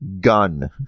Gun